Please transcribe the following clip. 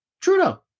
Trudeau